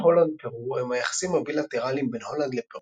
יחסי הולנד–פרו הם היחסים הבילטרליים בין הולנד לפרו.